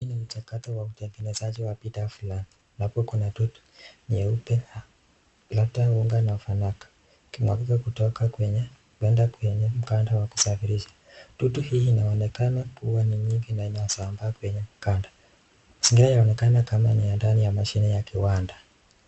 Hii ni mchakato wa utengenazaji wa bidhaa fulani, hapo kuna dude nyeupe labda unga na fanaka kinavyo kutoka kwenye banda kwenda kwenye mkanda wa kusafirisha, dude hii inaonekana kuwa ni nyingi na inasambaa kwenye mkanda, mazingira yanaonekana kama ni ya ndani ya mashine ya kiwanda.